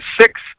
six